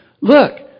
Look